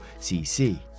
cc